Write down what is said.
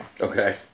Okay